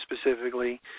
specifically